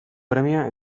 premia